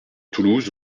toulouse